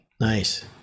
Nice